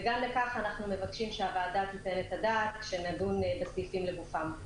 וגם לכך אנחנו מבקשים שהוועדה תיתן את הדעת כשנדון בסעיפים לגופם.